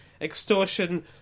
extortion